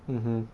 mmhmm